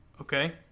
Okay